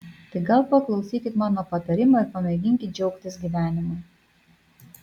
tai gal paklausykit mano patarimo ir pamėginkit džiaugtis gyvenimu